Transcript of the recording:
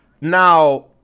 now